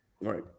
Right